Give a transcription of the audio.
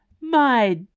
My